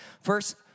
First